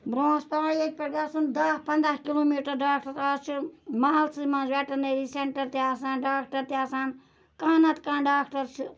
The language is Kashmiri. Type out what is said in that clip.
برونٛہہ اوس پیٚوان ییٚتہِ پیٚٹھٕ گَژھُن دہ پَنٛداہ کِلوٗمیٖٹر ڈاکٹرس آز چھ مَحلسٕے مَنٛز ویٚٹَنری سیٚنٹَر تہِ آسان ڈاکٹر تہِ آسان کانٛہہ نَتہٕ کانٛہہ ڈاکٹر چھ